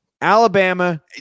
Alabama